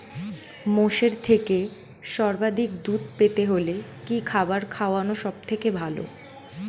মোষের থেকে সর্বাধিক দুধ পেতে হলে কি খাবার খাওয়ানো সবথেকে ভালো?